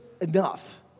enough